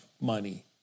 money